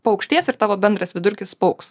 paaukštės ir tavo bendras vidurkis paaugs